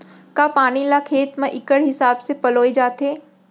का पानी ला खेत म इक्कड़ हिसाब से पलोय जाथे?